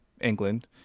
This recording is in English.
england